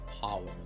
power